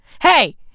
Hey